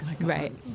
Right